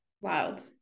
Wild